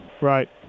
Right